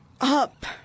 up